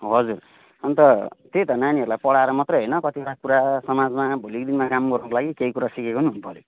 हजुर अनि त त्यही त नानीहरूलाई पढाएर मात्रै होइन कतिवटा कुरा समाजमा भोलिको दिनमा काम गर्नुको लागि केही कुराहरू सिकेको नि हुनुपऱ्यो